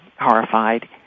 horrified